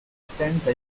assistenza